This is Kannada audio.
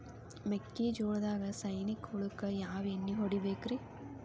ಮೆಕ್ಕಿಜೋಳದಾಗ ಸೈನಿಕ ಹುಳಕ್ಕ ಯಾವ ಎಣ್ಣಿ ಹೊಡಿಬೇಕ್ರೇ?